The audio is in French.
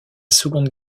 seconde